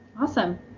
Awesome